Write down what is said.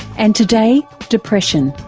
and today, depression,